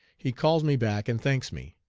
he calls me back and thanks me.